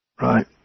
right